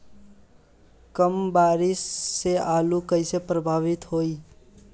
कम बारिस से आलू कइसे प्रभावित होयी?